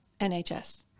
NHS